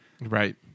right